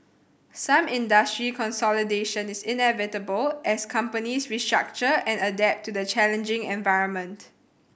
some industry consolidation is inevitable as companies restructure and adapt to the challenging environment